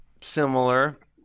similar